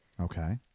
Okay